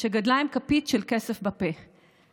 שגדלה עם כפית של כסף בפה,